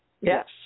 Yes